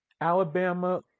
Alabama